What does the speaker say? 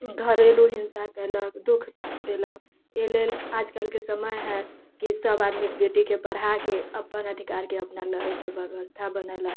घरेलू हिंसा कयलक दुःख देलक एहि लेल आज कलके समय हय कि सब आदमी बेटीके पढ़ाके अपन अधिकारके अपना लड़ेके व्यवस्था बनेलक